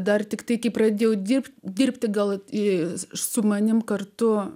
dar tiktai kai pradėjau dirbti dirbti gal ir su manimi kartu